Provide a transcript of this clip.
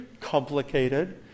complicated